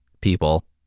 people